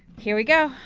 here we go,